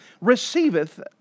receiveth